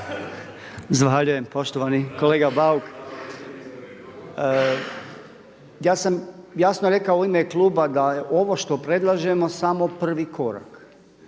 Zahvaljujem poštovani kolega Bauk. Ja sam jasno rekao u ime kluba da je ovo što predlažemo samo prvi korak.